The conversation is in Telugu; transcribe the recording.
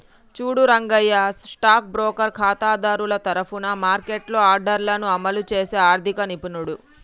చూడు రంగయ్య స్టాక్ బ్రోకర్ ఖాతాదారుల తరఫున మార్కెట్లో ఆర్డర్లను అమలు చేసే ఆర్థిక నిపుణుడు